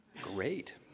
great